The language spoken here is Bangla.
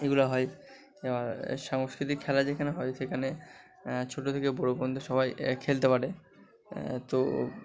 এগুলো হয় আর সাংস্কৃতিক খেলা যেখানে হয় সেখানে ছোটো থেকে বড়ো পর্যন্ত সবাই খেলতে পারে তো